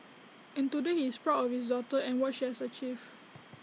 and today he is proud of his daughter and what she has achieved